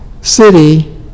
city